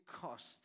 cost